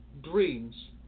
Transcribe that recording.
dreams